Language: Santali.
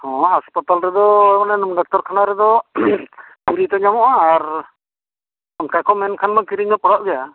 ᱦᱮᱸ ᱦᱟᱥᱯᱟᱛᱟᱞ ᱨᱮᱫ ᱢᱟᱱᱮ ᱰᱟᱠᱛᱟᱨ ᱠᱷᱟᱱᱟ ᱨᱮᱫᱚ ᱯᱷᱤᱨᱤ ᱛᱮ ᱧᱟᱢᱚᱜᱼᱟ ᱟᱨ ᱚᱱᱠᱟ ᱠᱚ ᱢᱮᱱᱠᱷᱟᱱ ᱫᱚ ᱠᱤᱨᱤᱧᱢᱟ ᱯᱟᱲᱟᱜ ᱜᱮᱭᱟ